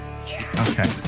Okay